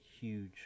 huge